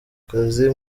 kazi